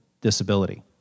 disability